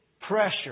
Pressure